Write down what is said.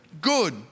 good